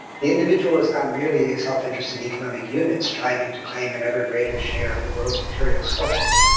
the individual is not merely a self-interested economic unit, striving to claim an ever greater share of the world's material resources.